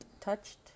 touched